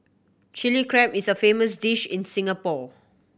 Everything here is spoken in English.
Chilli Crab is a famous dish in Singapore